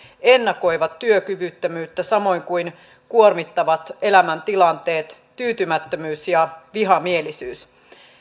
ennakoivat työkyvyttömyyttä samoin kuin kuormittavat elämäntilanteet tyytymättömyys ja vihamielisyys